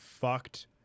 fucked